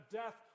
death